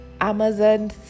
Amazon